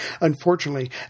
Unfortunately